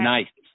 Nice